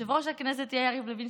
שיושב-ראש הכנסת יהיה יריב לוין,